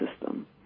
system